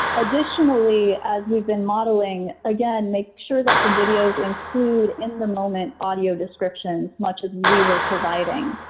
additionally, as we've been modeling again make sure that the videos include in-the-moment audio descriptions, much as we were providing,